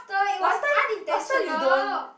last time last time you don't